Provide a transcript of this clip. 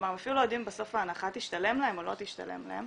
כלומר הם אפילו לא יודעים בסוף אם ההנחה תשתלם להם או לא תשתלם להם.